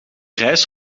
reis